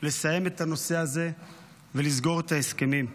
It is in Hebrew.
לסיים את הנושא הזה ולסגור את ההסכמים.